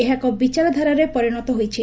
ଏହା ଏକ ବିଚାରଧାରାରେ ପରିଶତ ହୋଇଛି